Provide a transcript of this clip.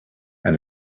and